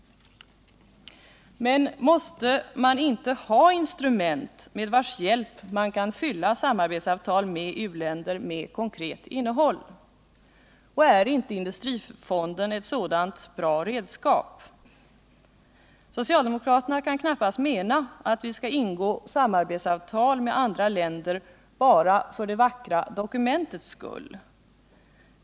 Men måste man inte ha instrument med vars hjälp man kan fylla samarbetsavtal med u-länder med konkret innehåll? Är inte industrifonden ett bra sådant redskap? Socialdemokraterna kan knappast mena att vi skall ingå samarbetsavtal med andra länder bara för det vackra dokumentets skull.